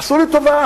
עשו לי טובה,